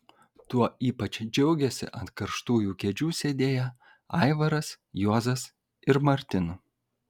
tuo ypač džiaugėsi ant karštųjų kėdžių sėdėję aivaras juozas ir martin